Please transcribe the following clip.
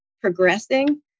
progressing